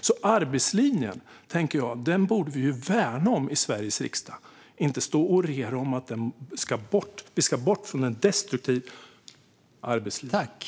Vi borde därför värna arbetslinjen i Sveriges riksdag, tänker jag - inte stå och orera om att vi ska bort från en destruktiv arbetslinje.